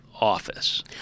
office